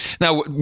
now